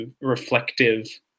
reflective